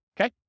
okay